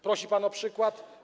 Prosi pan o przykład?